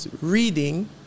reading